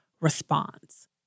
response